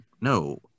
no